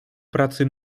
pracy